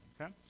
okay